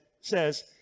says